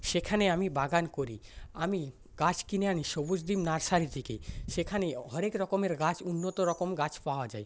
সেখানে আমি বাগান করি আমি গাছ কিনে আনি সবুজ দ্বীপ নার্সারি থেকে সেখানে হরেক রকমের গাছ উন্নত রকম গাছ পাওয়া যায়